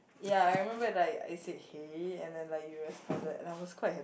ya I remember like I said hey and then like you responded and I was quite hap~